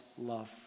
love